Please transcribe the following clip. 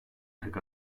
tek